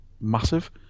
massive